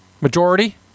Majority